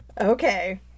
Okay